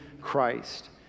Christ